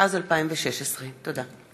התשע"ז 2016. תודה.